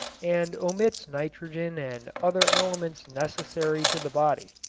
and omits nitrogen and other elements necessary to the body.